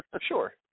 sure